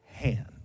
hand